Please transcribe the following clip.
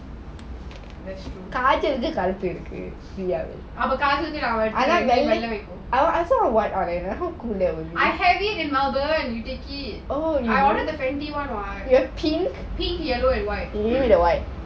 அதுலாம் கீழ தான் விக்கும்:athulam keela thaan vikkum I have it in melbourne I ordered the twenty one what pink yellow and white